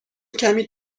کمی